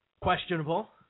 Questionable